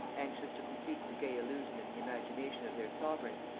anxious to complete the gay illusion in the imagination of their sovereign,